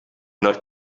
not